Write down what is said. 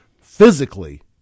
Physically